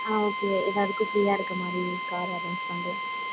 ஆ okay எல்லோருக்கும் ஃப்ரீயாக இருக்கற மாதிரி கார் அரேஞ்ச் பண்ணுறேன்